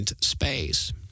space